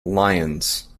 lions